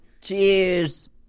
Cheers